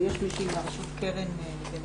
רשומה קרן בן הרוש.